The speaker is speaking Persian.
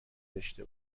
داشته